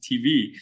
TV